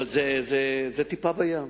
אבל זו טיפה בים.